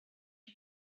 you